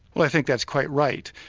well i think that's quite right.